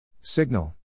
Signal